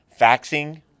faxing